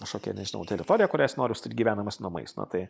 kažkokią nežinau teritoriją kurią jis nori apstatyt gyvenamais namais na tai